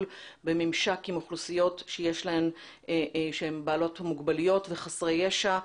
בממשק עם אוכלוסיות שהן בעלות מוגבלות וחסרות ישע.